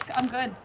i'm good,